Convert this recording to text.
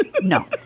No